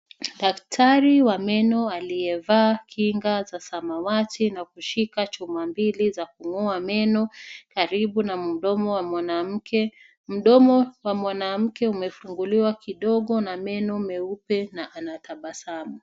Daktari wa meno aliyevaa kinga za samawati na kushika chuma mbili za kung'oa meno karibu na mdomo wa mwanamke. Mdomo wa mwanamke umefunguka kidogo na meno meupe na anatabasamu.